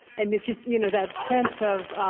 and it's just you know that sense of